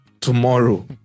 tomorrow